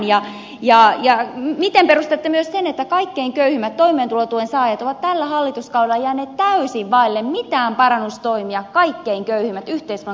ja miten perustelette myös sen että kaikkein köyhimmät toimeentulon saajat ovat tällä hallituskaudella jääneet täysin vaille mitään parannustoimia kaikkein köyhimmät yhteiskunnan kaikkein köyhimmät